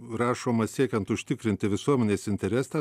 rašoma siekiant užtikrinti visuomenės interesą